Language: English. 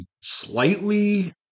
slightly